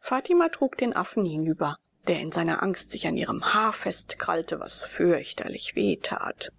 fatima trug den affen hinüber der in seiner angst sich an ihrem haar festkrallte was fürchterlich weh tat